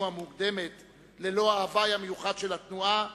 המוקדמת ללא ההווי המיוחד של התנועה,